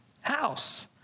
house